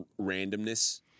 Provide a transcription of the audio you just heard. randomness